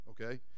okay